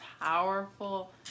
powerful